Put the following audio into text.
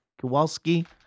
Kowalski